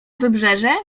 wybrzeże